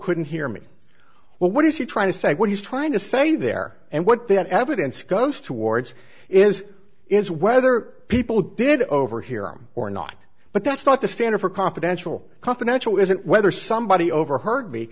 couldn't hear me well what is he trying to say what he's trying to say there and what that evidence goes towards is is whether people did overhear arm or not but that's not the standard for confidential confidential isn't whether somebody overheard me